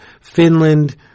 Finland –